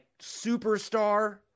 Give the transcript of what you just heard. superstar